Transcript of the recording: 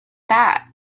that